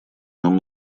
нам